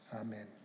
Amen